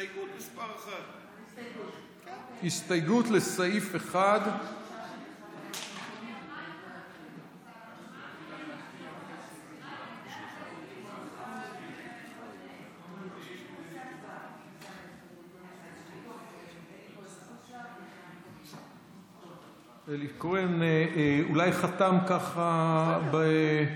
הסתייגות מס' 1. הסתייגות לסעיף 1. אלי כהן אולי חתם ככה מרחוק.